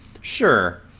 sure